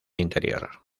interior